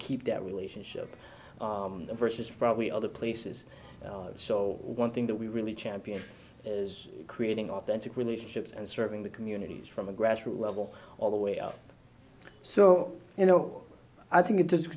keep that relationship versus probably other places so one thing that we really champion is creating authentic relationships and serving the communities from a grassroots level all the way up so you know i think it's